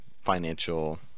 financial